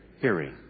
hearing